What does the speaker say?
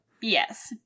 Yes